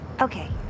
Okay